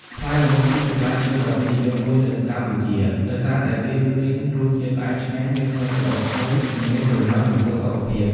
ផ្លែល្មុត គឺជាផ្លែឈើដ៏ពេញនិយមមួយនៅកម្ពុជា ដោយសារតែវាមានរសជាតិផ្អែមឆ្ងាញ់ មានក្លិនក្រអូបឈ្ងុយ និងមានប្រយោជន៍ចំពោះសុខភាព។